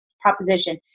proposition